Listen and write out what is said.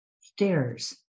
Stairs